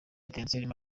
etincelles